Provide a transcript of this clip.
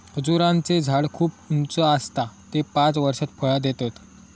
खजूराचें झाड खूप उंच आसता ते पांच वर्षात फळां देतत